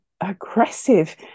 aggressive